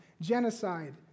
genocide